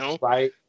right